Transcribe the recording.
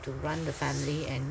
to run the family and